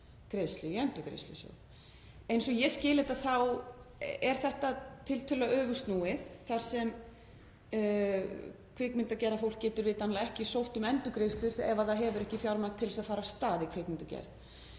framlög í endurgreiðslur. Eins og ég skil þetta þá er þetta tiltölulega öfugsnúið þar sem kvikmyndagerðarfólk getur vitanlega ekki sótt um endurgreiðslu ef það hefur ekki fjármagn til að fara af stað í kvikmyndagerð.